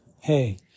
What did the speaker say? hey